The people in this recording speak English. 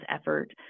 effort